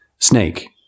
Snake